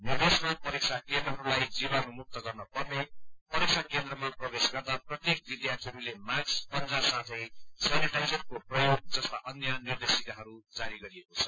निर्देशमा परीक्षा केन्द्रहरूलाई जीवाणु मुक्त गर्न पर्ने परीक्षा केन्द्रमा प्रवेश गर्दा प्रत्येक विद्यार्थीहरूले मास्क पंजा साथै सेनिटाइजरको प्रयोग जस्ता अन्य निर्देशिकाहरू जारी गरिएको छ